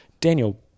Daniel